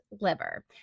liver